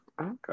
Okay